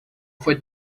foi